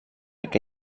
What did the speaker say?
que